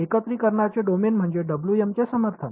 एकत्रीकरणाचे domain म्हणजे चे समर्थन